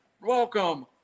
Welcome